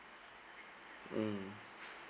mm